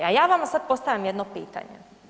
A ja vama sada postavljam jedno pitanje.